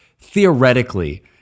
theoretically